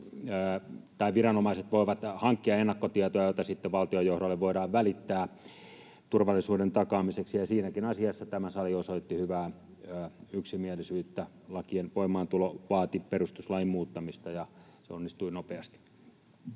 viranomaiset voivat hankkia ennakkotietoja, joita sitten valtionjohdolle voidaan välittää turvallisuuden takaamiseksi. Siinäkin asiassa tämä sali osoitti hyvää yksimielisyyttä: lakien voimaantulo vaati perustuslain muuttamista, ja se onnistui nopeasti.